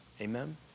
Amen